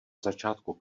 začátku